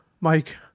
Mike